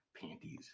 Panties